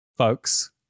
Folks